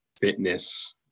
fitness